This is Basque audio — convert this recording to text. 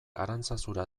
arantzazura